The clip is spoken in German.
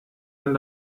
man